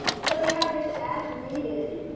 so they have this as-needed